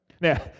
Now